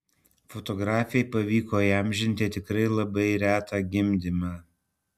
fotografei pavyko įamžinti tikrai labą retą gimdymą